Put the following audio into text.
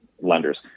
lenders